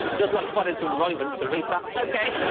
good luck finding some romans to read that for